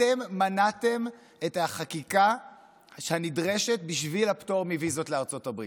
אתם מנעתם את החקיקה הנדרשת בשביל הפטור מוויזות לארצות הברית?